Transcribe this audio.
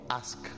ask